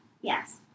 Yes